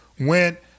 went